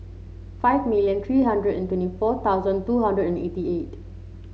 five million three hundred and twenty four thousand two hundred and eighty eight